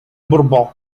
bourbon